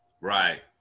Right